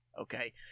Okay